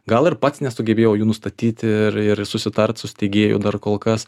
gal ir pats nesugebėjau jų nustatyti ir ir susitart su steigėju dar kol kas